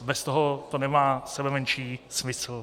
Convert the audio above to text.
Bez toho to nemá sebemenší smysl.